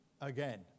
again